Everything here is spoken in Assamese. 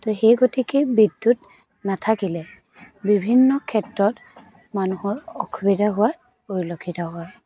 তো সেই গতিকে বিদ্য়ুত নাথাকিলে বিভিন্ন ক্ষেত্ৰত মানুহৰ অসুবিধা হোৱা পৰিলক্ষিত হয়